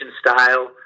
style